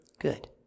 good